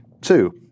Two